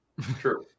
True